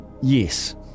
yes